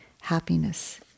happiness